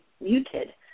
muted